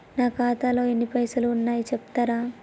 నా ఖాతాలో ఎన్ని పైసలు ఉన్నాయి చెప్తరా?